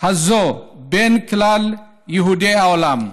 הזו בין כלל יהודי העולם,